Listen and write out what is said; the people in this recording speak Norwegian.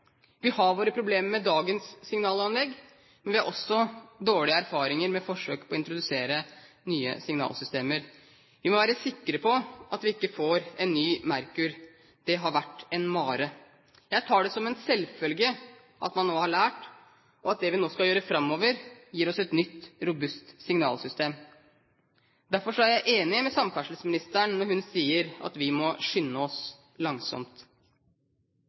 Vi har våre problemer med dagens signalanlegg, men vi har også dårlige erfaringer med forsøk på å introdusere nye signalsystemer. Vi må være sikre på at vi ikke får en ny Merkur. Det har vært en «mare». Jeg tar det som en selvfølge at man nå har lært, og at det vi nå skal gjøre framover, gir oss et nytt robust signalsystem. Derfor er jeg enig med samferdselsministeren når hun sier at vi må skynde oss langsomt.